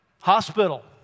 Hospital